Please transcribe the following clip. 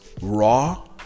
raw